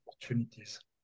opportunities